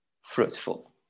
fruitful